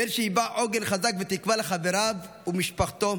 בן שהיווה עוגן חזק ותקווה לחבריו ולמשפחתו.